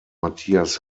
matthias